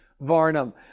Varnum